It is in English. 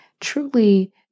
truly